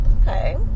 Okay